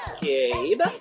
Gabe